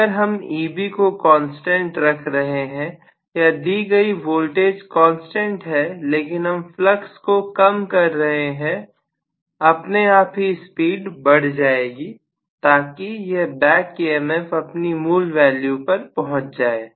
अगर हम Eb को कांस्टेंट रख रहे हैं या दी गई वोल्टेज कांस्टेंट है लेकिन हम फ्लक्स को कम कर रहे हैं अपने आप ही स्पीड बढ़ जाएगी ताकि यह बैक ईएमएफ अपनी मूल वैल्यू पर पहुंच जाए